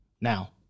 Now